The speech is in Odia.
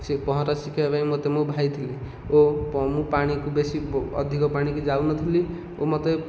ସେ ପହଁରା ଶିଖେଇବା ପାଇଁ ମୋ ଭାଇ ଥିଲେ ଓ ମୁଁ ପାଣିକୁ ବେଶୀ ଅଧିକ ପାଣିକି ଯାଉନଥିଲି ଓ ମୋତେ